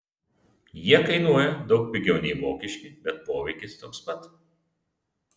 jie kainuoja daug pigiau nei vokiški bet poveikis toks pat